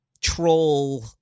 troll